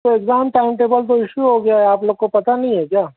تو exam time table تو issue ہو گیا ہے آپ لوگوں کو پتہ نہیں ہے کیا